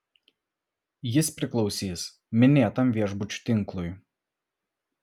jis priklausys minėtam viešbučių tinklui